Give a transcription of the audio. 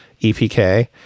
EPK